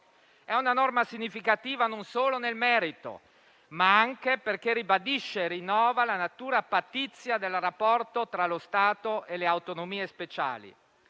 di una norma significativa, non solo nel merito, ma anche perché ribadisce e rinnova la natura pattizia del rapporto tra lo Stato e le autonomie speciali.